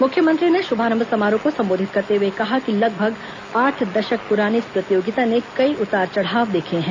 मुख्यमंत्री ने शुभारंभ समारोह को सम्बोधित करते हए कहा कि लगभग आठ दशक पुरानी इस प्रतियोगिता ने कई उतार चढ़ाव देखे हैं